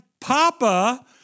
papa